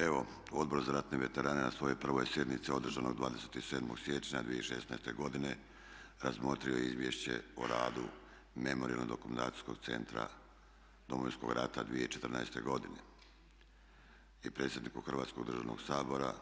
Evo Odbor za ratne veterane je na svojoj prvoj sjednici održanoj 27. siječnja 2016. godine razmotrio je Izvješće o radu Memorijalno-dokumentacijskog centra Domovinskog rata 2014. godine i predsjedniku Hrvatskog državnog sabora